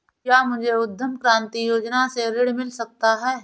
क्या मुझे उद्यम क्रांति योजना से ऋण मिल सकता है?